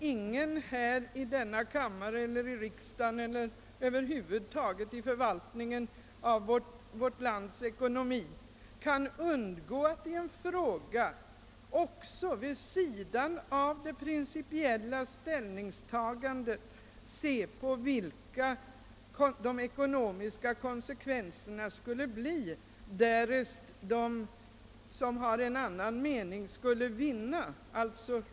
Ingen i riksdagen eller i förvaltningen över huvud taget kan undgå att vid sidan av de principiella motiveringarna också beakta vilka ekonomiska konsekvenser ett förslag skulle få.